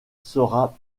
sera